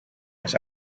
his